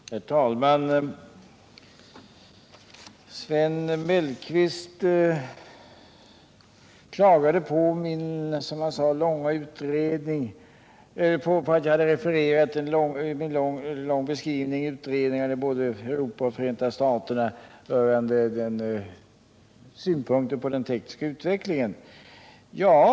Herr talman! Sven Mellqvist klagade på min, som han sade, långa utläggning, där jag skulle ha refererat till en mängd utredningar som gjorts i både Europa och Förenta staterna rörande den tekniska utvecklingen av flygplan.